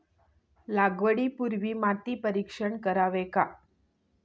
लागवडी पूर्वी माती परीक्षण करावे का?